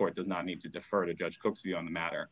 court does not need to defer to judge cooksey on the matter